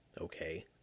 okay